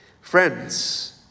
Friends